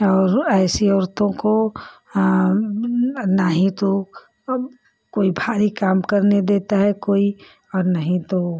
और ऐसी औरतों को न ही तो कोई भारी काम करने देता है कोई और न ही तो